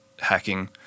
hacking